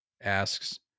asks